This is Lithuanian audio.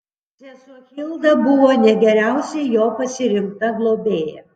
sesuo hilda buvo ne geriausia jo pasirinkta globėja